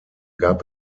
gab